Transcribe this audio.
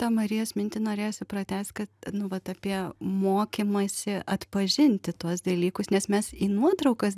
ta marijos mintį norėjosi pratęst kad nu vat apie mokymąsi atpažinti tuos dalykus nes mes į nuotraukas